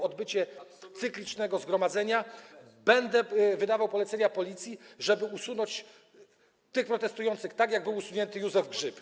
odbycie cyklicznego zgromadzenia, będę wydawał polecenia Policji, żeby usunąć tych protestujących, tak jak był usunięty Józef Grzyb.